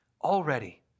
already